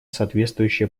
соответствующие